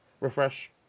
refresh